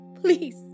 Please